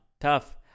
Tough